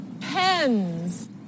pens